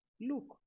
Look